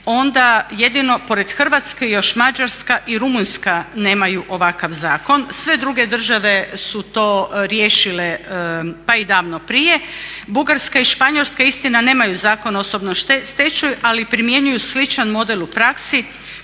onda jedino pored Hrvatske još Mađarska i Rumunjska nemaju ovakav zakon, sve druge države su to riješile pa i davno prije. Bugarska i Španjolska istina nemaju Zakon o osobnom stečaju ali primjenjuju sličan model u praksi